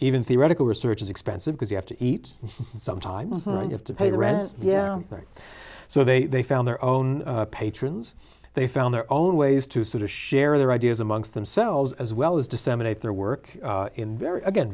even theoretical research is expensive because you have to eat some time you have to pay the rent yeah right so they found their own patrons they found their own ways to sort of share their ideas amongst themselves as well as disseminate their work in very again